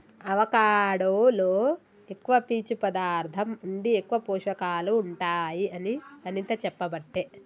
avocado లో ఎక్కువ పీచు పదార్ధం ఉండి ఎక్కువ పోషకాలు ఉంటాయి అని అనిత చెప్పబట్టే